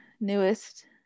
newest